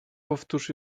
powtórz